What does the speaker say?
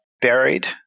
buried